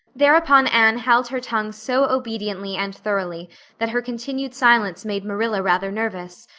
thereupon anne held her tongue so obediently and thoroughly that her continued silence made marilla rather nervous,